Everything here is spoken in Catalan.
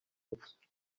units